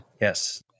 Yes